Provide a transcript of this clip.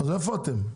איפה אתם?